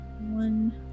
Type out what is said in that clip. One